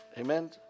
amen